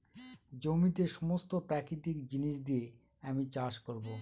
জমিতে সমস্ত প্রাকৃতিক জিনিস দিয়ে আমি চাষ করবো